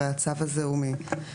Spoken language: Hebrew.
הרי הצו הזה הוא ממזמן,